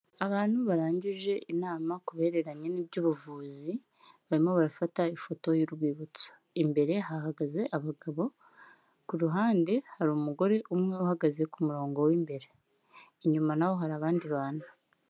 Abantu barangije inama ku bihereranye n'iby'ubuvuzi, barimo barafata ifoto y'urwibutso, imbere hahagaze abagabo, ku ruhande hari umugore umwe uhagaze ku murongo w'imbere, inyuma na ho hari abandi bantu.